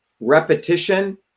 repetition